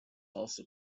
also